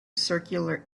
circular